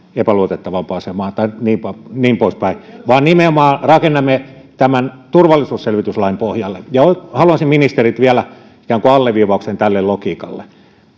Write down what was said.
epäluotettavampaan asemaan tai niin poispäin vaan nimenomaan rakennamme tämän turvallisuusselvityslain pohjalle haluaisin ministeriltä vielä ikään kuin alleviivauksen tälle logiikalle